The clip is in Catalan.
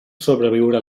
sobreviure